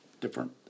different